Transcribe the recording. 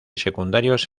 secundarios